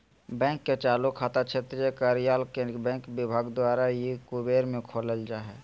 bank के चालू खाता क्षेत्रीय कार्यालय के बैंक विभाग द्वारा ई कुबेर में खोलल जा हइ